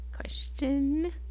question